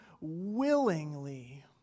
willingly